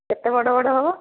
କେତେ ବଡ଼ ବଡ଼ ହେବ